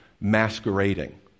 masquerading